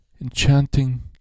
enchanting